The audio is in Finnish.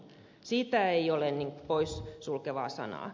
siitä ei ole poissulkevaa sanaa